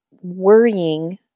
worrying